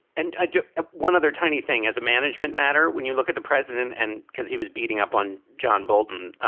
and ah ah one other tiny thing, as a management matter, when you look at the president and because he was beating up on john bolton,